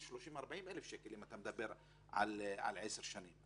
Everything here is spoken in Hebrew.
40,000-30,000 שקלים אם אתה מדבר על עשר שנים.